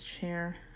share